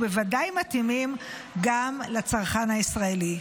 ובוודאי מתאימים גם לצרכן הישראלי.